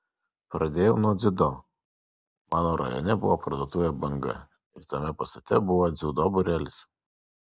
pradėjau nuo dziudo mano rajone buvo parduotuvė banga ir tame pastate buvo dziudo būrelis